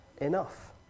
enough